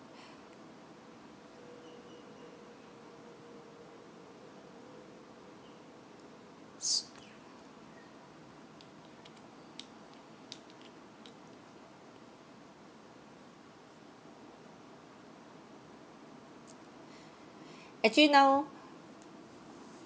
s~ actually now